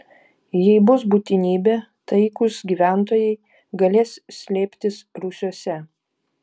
jei bus būtinybė taikūs gyventojai galės slėptis rūsiuose